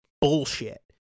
bullshit